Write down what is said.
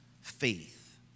faith